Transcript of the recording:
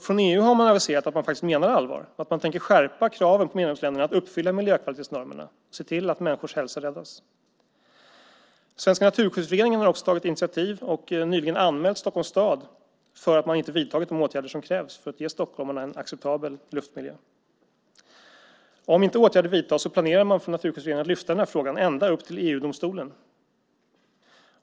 Från EU har man aviserat att man menar allvar, att man tänker skärpa kraven på medlemsländerna att uppfylla miljökvalitetsnormerna för att människors hälsa ska räddas. Svenska Naturskyddsföreningen har tagit ett initiativ och nyligen anmält Stockholms stad för att de inte vidtagit de åtgärder som krävs för att ge stockholmarna en acceptabel luftmiljö. Om inte åtgärder vidtas planerar Naturskyddsföreningen att driva frågan ända upp i EG-domstolen.